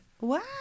Wow